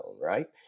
right